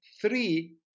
three